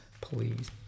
Please